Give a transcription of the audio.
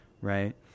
right